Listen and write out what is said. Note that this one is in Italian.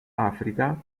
africa